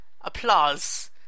applause